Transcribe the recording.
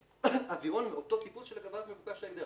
אווירון מאותו טיפוס שלגביו מבוקש ההגדר.